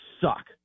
suck